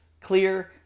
clear